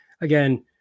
Again